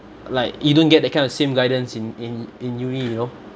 like you don't get that kind of same guidance in in in uni you know